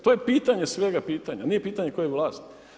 To je pitanje svega pitanja, nije pitanje koje vlasti.